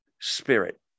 spirit